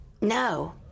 No